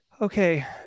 Okay